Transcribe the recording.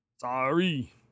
sorry